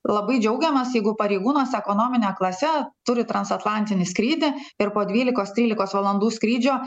labai džiaugiamasi jeigu pareigūnas ekonomine klase turi transatlantinį skrydį ir po dvylikos trylikos valandų skrydžio